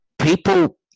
People